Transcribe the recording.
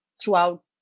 throughout